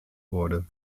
wurde